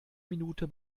minute